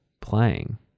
playing